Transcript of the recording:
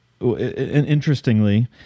interestingly